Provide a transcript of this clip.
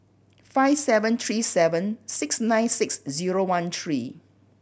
five seven three seven six nine six zero one three